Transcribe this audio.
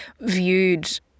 viewed